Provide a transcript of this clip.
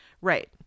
Right